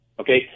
okay